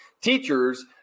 teachers